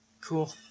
Cool